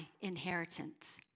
inheritance